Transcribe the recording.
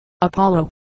Apollo